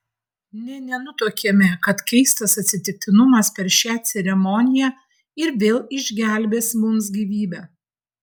nė nenutuokėme kad keistas atsitiktinumas per šią ceremoniją ir vėl išgelbės mums gyvybę